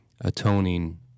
atoning